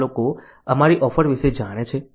કેટલા લોકો અમારી ઓફર વિશે જાણે છે